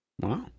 Wow